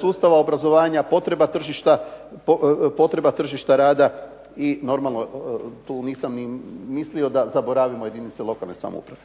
sustava obrazovanja, potreba tržišta rada. I normalno tu nisam ni mislio da zaboravimo jedinice lokalne samouprave.